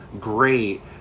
great